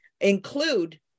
include